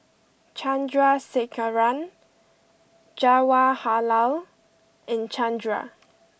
Chandrasekaran Jawaharlal and Chandra